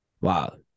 wow